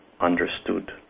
understood